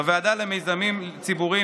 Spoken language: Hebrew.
בוועדה למיזמים ציבוריים,